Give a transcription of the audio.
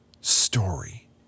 story